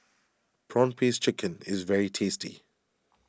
Prawn Paste Chicken is very tasty